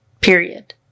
Period